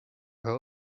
her